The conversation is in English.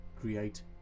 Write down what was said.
create